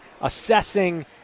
assessing